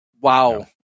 wow